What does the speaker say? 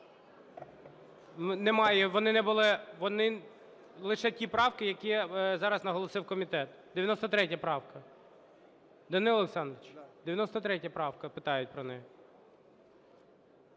Немає. Вони не були… Лише ті правки, які зараз наголосив комітет. 93 правка. Даниле Олександровичу, 93 правка, питають про неї.